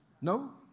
No